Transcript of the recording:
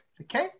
Okay